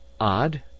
Odd